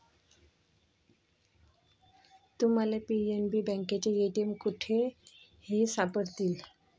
तुम्हाला पी.एन.बी बँकेचे ए.टी.एम कुठेही सापडतील